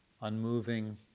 unmoving